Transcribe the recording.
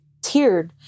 teared